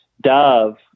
Dove